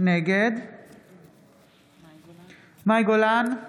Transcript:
נגד מאי גולן,